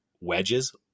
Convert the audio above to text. wedges